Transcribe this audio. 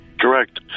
Correct